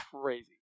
crazy